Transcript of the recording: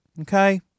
Okay